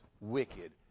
wicked